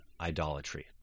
idolatry